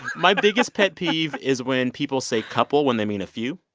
my biggest pet peeve is when people say couple when they mean a few.